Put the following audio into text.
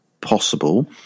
possible